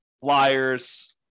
flyers